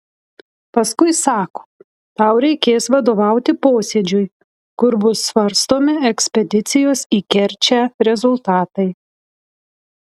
paskui sako tau reikės vadovauti posėdžiui kur bus svarstomi ekspedicijos į kerčę rezultatai